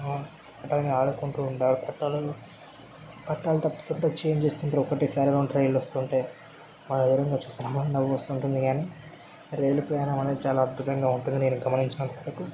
పట్టాల మీద ఆడుకుంటూ ఉంటారు పట్టాలను పట్టాలు తప్పుతూంటే చేంజ్ చేస్తుంటారు ఒకటేసారి రెండు ట్రైన్లు వస్తుంటాయి మనం అదే విధంగా చూస్తుంటే నవ్వస్తుంటుంది కాని రైలు ప్రయాణమనేది చాలా అద్భుతంగా ఉంటుంది నేను గమనించినంత వరకూ